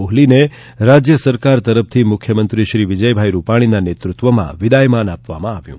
કોહલીને રાજ્ય સરકાર તરફથી મુખ્યમંત્રી શ્રી વિજયભાઈ રૂપાણીના નેત્રત્વમાં વિદાયમાન આપવામાં આવ્યુ